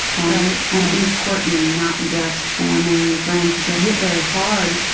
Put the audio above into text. and importantly, not just family and friends who get hit very hard,